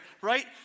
right